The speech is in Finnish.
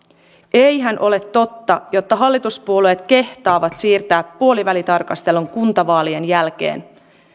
eihän ole totta jotta hallituspuolueet kehtaavat siirtää puolivälitarkastelun kuntavaalien jälkeen